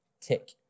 Tick